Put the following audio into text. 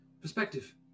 Perspective